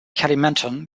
kalimantan